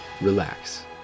relax